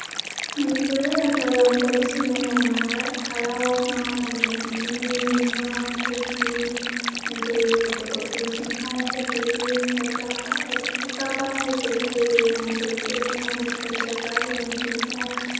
ꯃꯅꯤꯄꯨꯔ ꯂꯥꯛꯄ ꯂꯝꯀꯣꯏꯕꯁꯤꯡꯅ ꯌꯥꯝꯅ ꯍꯔꯥꯎꯅ ꯑꯗꯩꯗꯤ ꯄꯥꯝꯖꯅ ꯌꯦꯡꯕ ꯑꯩꯈꯣꯏꯒꯤ ꯃꯩꯇꯩꯒꯤ ꯑꯣꯏꯕ ꯀꯣꯏꯐꯝꯁꯤꯡ ꯍꯥꯏꯔꯒꯗꯤ ꯂꯣꯛꯇꯥꯛ ꯄꯥꯠ ꯍꯥꯏꯁꯦ ꯂꯣꯛꯇꯥꯛ ꯄꯥꯠ ꯍꯥꯏꯁꯦ ꯑꯩꯈꯣꯏꯒꯤ ꯃꯅꯤꯄꯨꯔꯒꯤ ꯑꯣꯏꯅ ꯌꯥꯝꯅ ꯐꯖꯕ ꯏꯪ ꯆꯤꯛꯄ